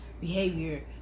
behavior